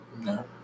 No